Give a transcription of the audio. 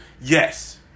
Yes